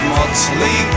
Motley